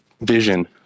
vision